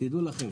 תדעו לכם,